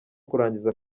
kurangiza